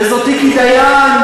וזאת תיקי דיין,